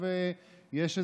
המערך הזה קרס,